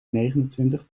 negenentwintig